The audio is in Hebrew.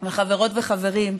חברות וחברים,